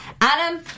Adam